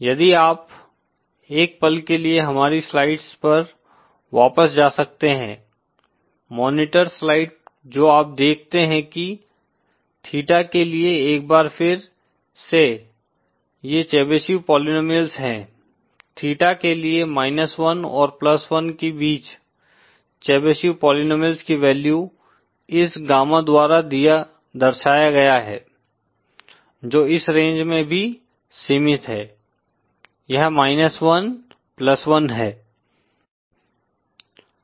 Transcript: यदि आप एक पल के लिए हमारी स्लाइड्स पर वापस जा सकते हैं मॉनिटर स्लाइड जो आप देखते हैं कि थीटा के लिए एक बार फिर से ये चेबीशेव पोलीनोमियल्स हैं थीटा के लिए माइनस वन और प्लस वन के बीच चेबीशेव पोलीनोमियल्स की वैल्यू इस गामा द्वारा दर्शाया गया है जो इस रेंज में भी सीमित हैं यह माइनस वन प्लस वन है